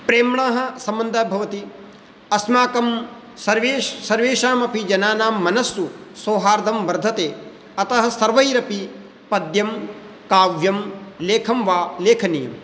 प्रेम्णः सम्बन्धः भवति अस्माकं सर्वेष् सर्वेषामपि जनानां मनस्सु सौहार्दं वर्धते अतः सर्वैरपि पद्यं काव्यं लेखं वा लेखनीयम्